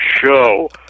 show